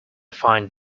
find